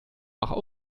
auch